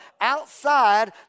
outside